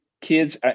kids